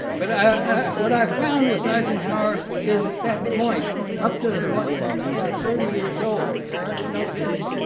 but what i found with eisenhower is at that point, and up to the point when he was about thirty years old, parents note this,